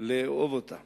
לאהוב אותה